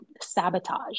sabotage